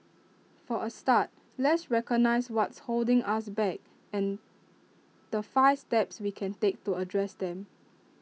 for A start let's recognise what's holding us back and the five steps we can take to address them